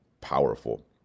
powerful